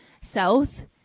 south